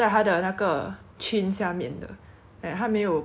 戴好好 then 他看到我 liao hor 他就拉上他的口罩